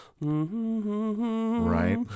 right